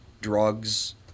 drugs